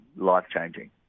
life-changing